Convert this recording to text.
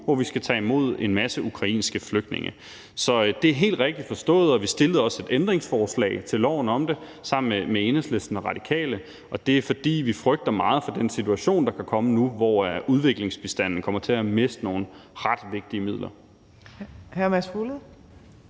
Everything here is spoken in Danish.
hvor vi skal tage imod en masse ukrainske flygtninge. Så det er helt rigtigt forstået. Vi stillede også et ændringsforslag til loven om det sammen med Enhedslisten og Radikale, og det er, fordi vi frygter meget for den situation, der kan komme nu, hvor udviklingsbistanden kommer til at miste nogle ret vigtige midler.